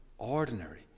ordinary